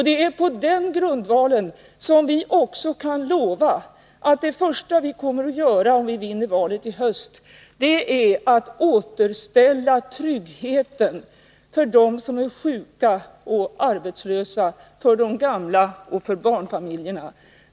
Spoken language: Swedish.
Det är på den grundvalen som vi också kan lova att det första vi kommer att göra om vi vinner valet i höst är att återställa tryggheten för dem som är sjuka och arbetslösa, för de gamla och för barnfamiljerna.